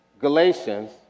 Galatians